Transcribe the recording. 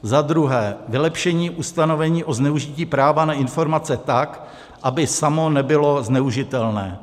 za druhé, vylepšení ustanovení o zneužití práva na informace tak, aby samo nebylo zneužitelné;